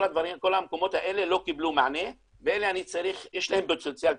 כל המקומות האלה לא קיבלו מענה ויש להם פוטנציאל תכנון.